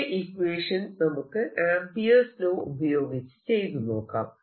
ഇതേ ഇക്വേഷൻ നമുക്ക് ampere's law ഉപയോഗിച്ച് ചെയ്തുനോക്കാം